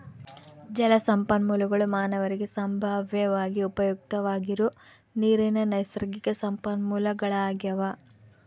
ಜಲಸಂಪನ್ಮೂಲಗುಳು ಮಾನವರಿಗೆ ಸಂಭಾವ್ಯವಾಗಿ ಉಪಯುಕ್ತವಾಗಿರೋ ನೀರಿನ ನೈಸರ್ಗಿಕ ಸಂಪನ್ಮೂಲಗಳಾಗ್ಯವ